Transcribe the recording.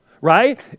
Right